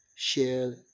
share